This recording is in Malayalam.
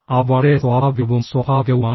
അവ വളരെ സ്വാഭാവികവും സ്വാഭാവികവുമാണ്